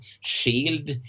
shield